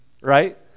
right